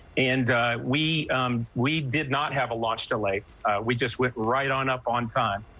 and we we did not have a launch delay we just went right on up on time.